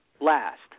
last